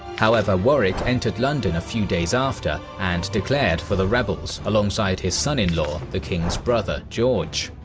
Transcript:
however, warwick entered london a few days after and declared for the rebels alongside his son-in-law, the king's brother george.